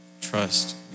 trust